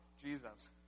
Jesus